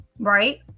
right